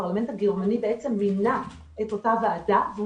הפרלמנט הגרמני מינה את אותה ועדה והוא